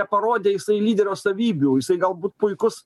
neparodė jisai lyderio savybių jisai galbūt puikus